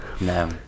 No